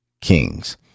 kings